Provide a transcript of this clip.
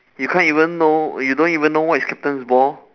you can't even know you don't even know what is captain's ball